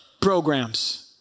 programs